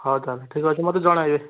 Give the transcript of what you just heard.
ହଉ ତାହେଲେ ଠିକ୍ ଅଛି ମୋତେ ଜଣେଇବେ